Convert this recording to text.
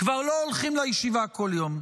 כבר לא הולכים לישיבה כל יום.